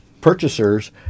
purchasers